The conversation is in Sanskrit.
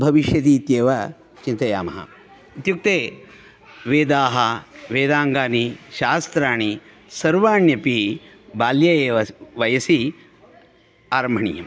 भविष्यति इत्येव चिन्तयामः इत्युक्ते वेदाः वेदाङ्गानि शास्त्राणि सर्वाण्यपि बाल्ये एव वयसि आरम्भणीयं